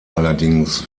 allerdings